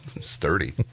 Sturdy